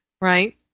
right